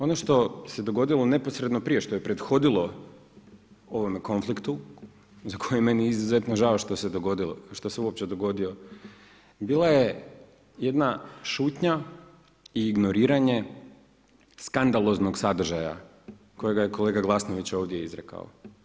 Ono što se dogodilo neposredno prije što je prethodilo ovome konfliktu za koji je meni izuzetno žao što se uopće dogodio, bila je jedna šutnja i ignoriranje skandaloznog sadržaja kojega je kolega Glasnović ovdje izrekao.